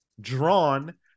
drawn